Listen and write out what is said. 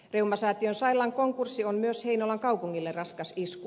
reumasäätiön sairaalan konkurssi on myös heinolan kaupungille raskas isku